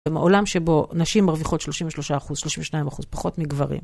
בעולם שבו נשים מרוויחות 33 אחוז, 32 אחוז, פחות מגברים.